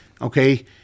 Okay